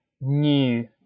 new